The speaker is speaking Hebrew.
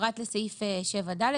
פרט לסעיף 7(ד),